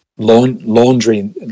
Laundry